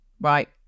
right